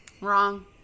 Wrong